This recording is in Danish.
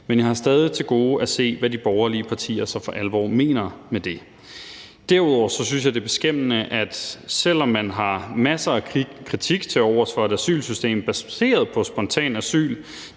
Men jeg har stadig til gode at se, hvad de borgerlige partier så for alvor mener med det. Derudover synes jeg, at det er beskæmmende, at selv om man har masser af kritik tilovers for et asylsystem baseret på spontant asyl,